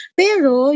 pero